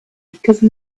because